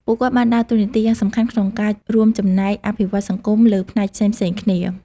ពួកគាត់បានដើរតួនាទីយ៉ាងសំខាន់ក្នុងការរួមចំណែកអភិវឌ្ឍសង្គមលើផ្នែកផ្សេងៗគ្នា។